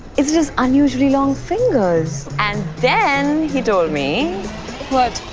is it his unusually long fingers? and then, he told me what?